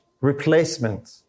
replacement